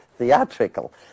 theatrical